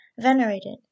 venerated